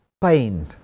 pain